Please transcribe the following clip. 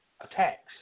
attacks